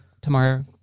tomorrow